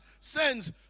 sends